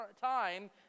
time